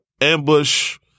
ambush